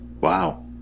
wow